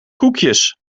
koekjes